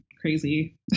crazy